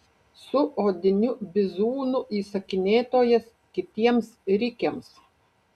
su odiniu bizūnu įsakinėtojas kitiems rikiams